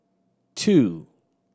two